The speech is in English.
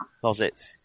closet